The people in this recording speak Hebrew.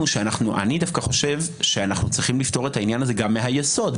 אני דווקא חושב שאנחנו צריכים לפתור את העניין הזה גם מהיסוד.